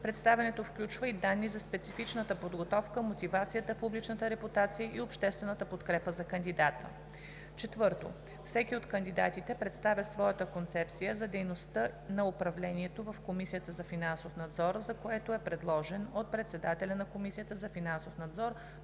Представянето включва и данни за специфичната подготовка, мотивацията, публичната репутация и обществената подкрепа за кандидата. 4. Всеки от кандидатите представя своята концепция за дейността на управлението в Комисията за финансов надзор, за което е предложен от председателя на Комисията за финансов надзор